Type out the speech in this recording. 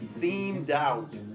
themed-out